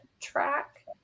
track